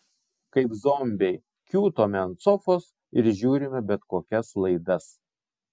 kaip zombiai kiūtome ant sofos ir žiūrime bet kokias laidas